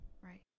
Right